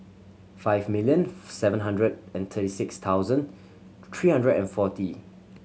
five million seven hundred and thirty six thousand three hundred and forty